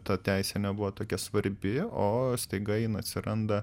ta teisė nebuvo tokia svarbi o staiga jin atsiranda